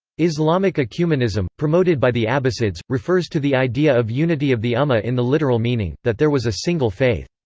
islamic ecumenism, promoted by the abbasids, refers to the idea of unity of the ummah in the literal meaning that there was a single faith.